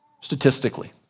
statistically